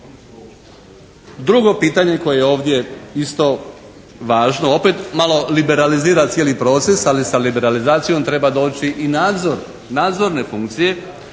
Drugo pitanje koje je ovdje isto važno, opet malo liberalizira cijeli proces, ali sa liberalizacijom treba doći i nadzor, nadzorne funkcije,